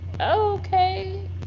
okay